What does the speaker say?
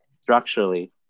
structurally